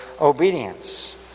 obedience